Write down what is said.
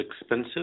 expensive